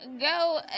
Go